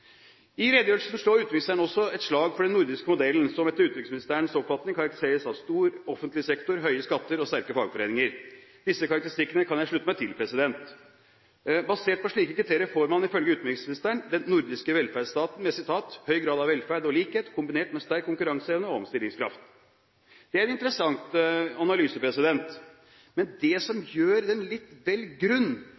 I redegjørelsen slår utenriksministeren også et slag for den nordiske modellen, som etter utenriksministerens oppfatning karakteriseres av stor offentlig sektor, høye skatter og sterke fagforeninger. Disse karakteristikkene kan jeg slutte meg til. Basert på slike kriterier får man, ifølge utenriksministeren, den nordiske velferdsstaten med «høy grad av velferd og likhet, kombinert med sterk konkurranseevne og ikke minst omstillingskraft». Det er en interessant analyse, men det som